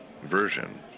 version